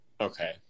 Okay